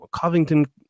covington